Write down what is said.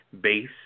base